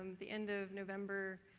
the end of november,